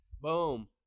Boom